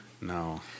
No